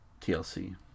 TLC